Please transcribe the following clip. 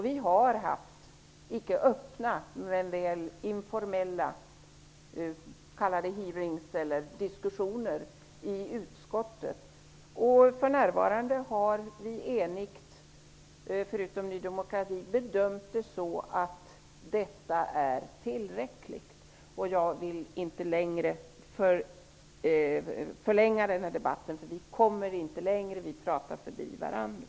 Vi har haft icke öppna men väl informella diskussioner i utskottet, och för närvarande har vi utom vad avser Ny demokrati enigt bedömt att detta är tillräckligt. Jag vill inte ytterligare förlänga denna debatt. Vi kommer inte längre, eftersom vi talar förbi varandra.